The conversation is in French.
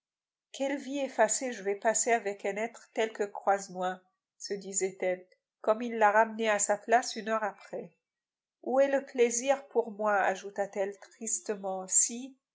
quelle vie effacée je vais passer avec un être tel que croisenois se disait-elle comme il la ramenait à sa place une heure après où est le plaisir pour moi ajouta-t-elle tristement si